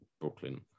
Brooklyn